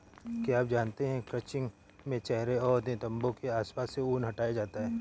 क्या आप जानते है क्रचिंग में चेहरे और नितंबो के आसपास से ऊन हटाया जाता है